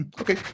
okay